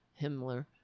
Himmler